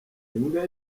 imbwa